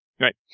Right